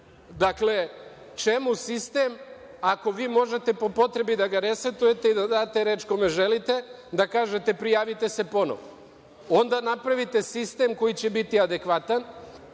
Dakle, čemu sistem, ako vi možete po potrebi da ga resetujete i da date reč kome želite, da kažete – prijavite se ponovo? Onda napravite sistem koji će biti adekvatan,